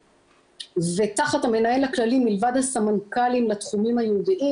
ותחת המנהל הכללי מלבד הסמנכ"לים בתחומים הייעודיים,